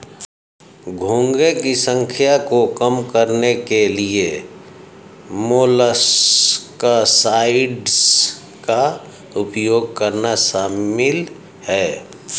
घोंघे की संख्या को कम करने के लिए मोलस्कसाइड्स का उपयोग करना शामिल है